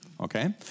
okay